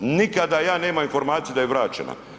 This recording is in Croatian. Nikada ja nemam informaciju da je vraćena.